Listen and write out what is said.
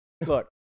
Look